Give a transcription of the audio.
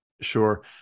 Sure